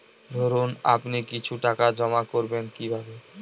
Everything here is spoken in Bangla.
ধরুন আপনি কিছু টাকা জমা করবেন কিভাবে?